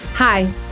Hi